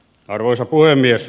arvoisa puhemies